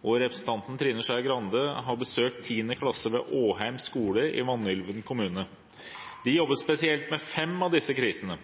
Jeg» – representanten Trine Skei Grande – «har besøkt 10. klasse ved Åheim skule i Vanylven kommune. De jobbet spesielt med fem av disse krisene.